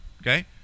Okay